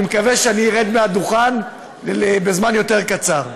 אני מקווה שאני ארד מהדוכן בזמן יותר קצר.